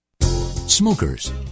Smokers